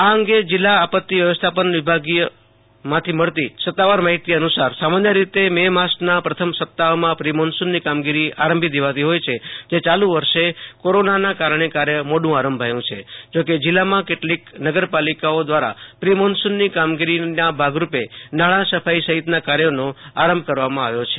આ અંગે જિલ્લા આપતિ વ્યવસ્થાપન વિભાગમાંથી મળતી સત્તાવાર માહિતી અનુ સાર સામાન્ય રીતે મે માસના પ્રથમ સપ્તાહમાં પ્રિમોન્સુનની કામગીરી આરંભી દેવાની હોય છે જે યાલુ વર્ષે કોરોનાને કારણે કાર્ય મોડુ આરંભાયુ છે જો કે જિલ્લામાં કેટલીક નરપાલિકાઓ દ્રારા પ્રિમોન્સુનની કામગીરીના ભાગરૂપે નાળા સફાઈ સહિતના કાર્યોનો આરંભ કરી દેવામાં આવ્યો છે